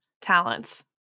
talents